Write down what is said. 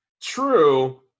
True